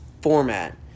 format